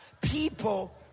people